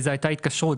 זו הייתה התקשרות,